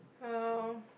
ya loh